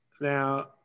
Now